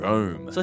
Rome